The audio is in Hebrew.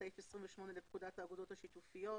סעיף 28 לפקודת האגודות השיתופיות.